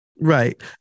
right